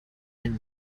and